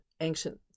ancient